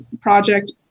project